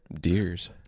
deers